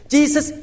Jesus